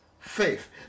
faith